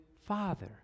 father